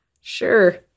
Sure